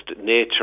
nature